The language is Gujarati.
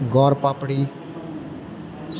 ગોળપાપડી